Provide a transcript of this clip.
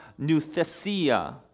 nuthesia